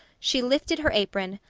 she lifted her apron,